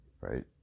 right